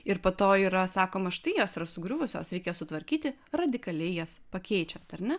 ir po to yra sakoma štai jos yra sugriuvusios reikės sutvarkyti radikaliai jas pakeičiant ar ne